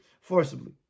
forcibly